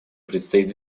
предстоит